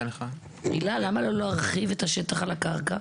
הילה, למה לא להרחיב את השטח על הקרקע?